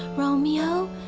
romeo?